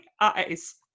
eyes